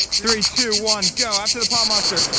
three, two, one, go. after the pond monster.